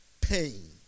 pain